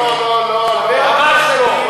לא, לא, ממש לא.